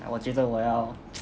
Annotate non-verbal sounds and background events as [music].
我觉得我要 [noise]